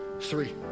three